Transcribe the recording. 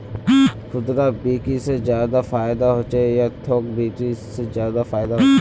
खुदरा बिक्री से ज्यादा फायदा होचे या थोक बिक्री से ज्यादा फायदा छे?